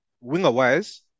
winger-wise